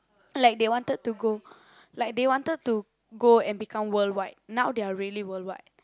like they wanted to go like they wanted to go and become worldwide now they're really worldwide